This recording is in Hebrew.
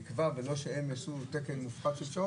גם לא כל כך תואמת את המצב שבו יש דרישות מוגברות של גוף נותן